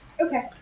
Okay